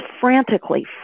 frantically